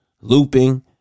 looping